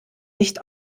nicht